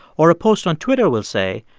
or a post on twitter will say,